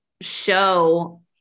show